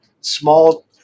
small